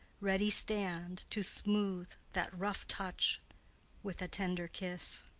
ready stand to smooth that rough touch with a tender kiss.